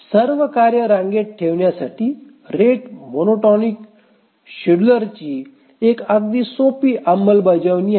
सर्व कार्ये रांगेत ठेवण्यासाठी रेट मोनो टॉनिक शेड्युलरिसची एक अगदी सोपी अंमलबजावणी आहे